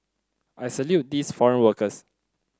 I salute these foreign workers